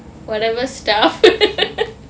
whatever stuff